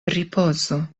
ripozu